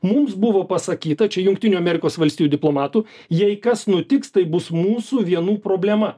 mums buvo pasakyta čia jungtinių amerikos valstijų diplomatų jei kas nutiks tai bus mūsų vienų problema